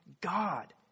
God